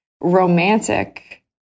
romantic